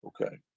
Okay